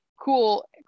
cool